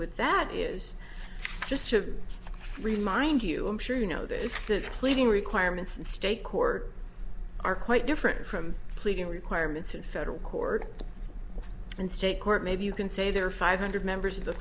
with that is just to remind you i'm sure you know this that pleading requirements in state court are quite different from pleading requirements in federal court and state court maybe you can say there are five hundred members of the